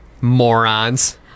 morons